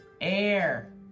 air